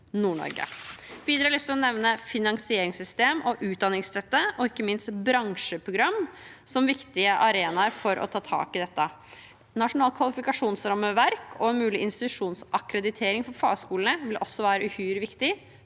Nord-Norge. Videre har jeg lyst til å nevne finansieringssystem og utdanningsstøtte og ikke minst bransjeprogram som viktige arenaer for å ta tak i dette. Nasjonalt kvalifikasjonsrammeverk og mulig institusjonsakkreditering for fagskolene vil også være uhyre viktig.